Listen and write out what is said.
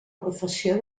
professió